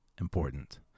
important